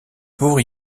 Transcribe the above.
pour